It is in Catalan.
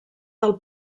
del